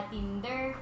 Tinder